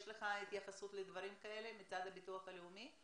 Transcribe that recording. יש לך התייחסות לדברים האלה מצד הביטוח הלאומי?